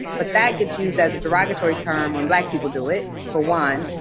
but that gets used as a derogatory term when black people do it, for one,